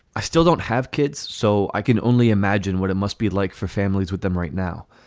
i still don't have kids, so i can only imagine what it must be like for families with them right now.